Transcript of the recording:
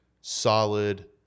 solid